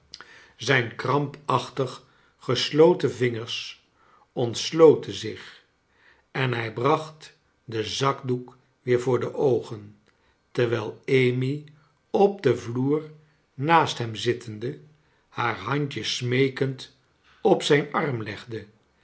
zijn krampachtig gesloten vingeis ontsloten zioh en hij bracht den zakdoek weer voor de oogen terwijl amy op den vloer naast hem zittende haar handje smeekend op zijn arm legde